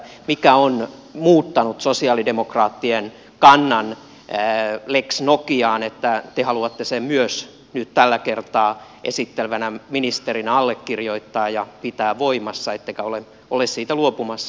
mikä on muuttanut sosialidemokraattien kannan lex nokiaan että te haluatte sen myös nyt tällä kertaa esittelevänä ministerinä allekirjoittaa ja pitää voimassa ettekä ole siitä luopumassa